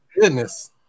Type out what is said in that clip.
Goodness